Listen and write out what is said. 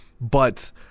But-